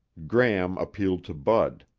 gram appealed to bud.